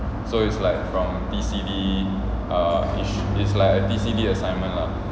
so it's like from D_C_D err is like a D_C_D assignment lah